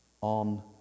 on